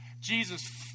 Jesus